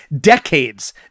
decades